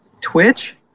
Twitch